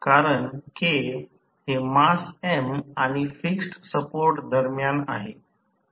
कारण K हे मास M आणि फिक्स्ड सपोर्ट दरम्यान आहेत